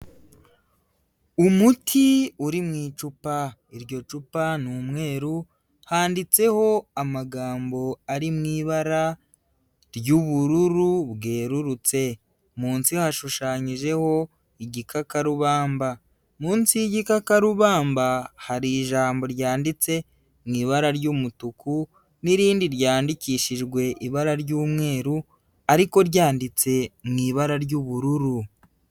Umuti uri mu icupa. Iryo cupa ni umweru, handitseho amagambo ari mu ibara ry'ubururu bwerurutse. Munsi hashushanyijeho igikakarubamba. Munsi y'igikakarubamba hari ijambo ryanditse mu ibara ry'umutuku n'irindi ryandikishijwe ibara ry'umweru ariko ryanditse mu ibara ry'ubururu.